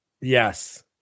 Yes